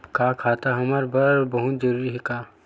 का खाता हमर बर बहुत जरूरी हे का?